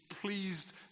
pleased